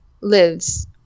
lives